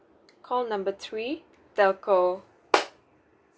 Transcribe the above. call number three telco